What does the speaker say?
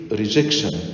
rejection